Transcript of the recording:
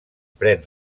pren